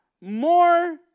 more